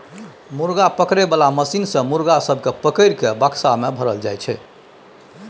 मुर्गा पकड़े बाला मशीन सँ मुर्गा सब केँ पकड़ि केँ बक्सा मे भरल जाई छै